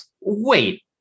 Wait